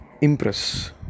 Impress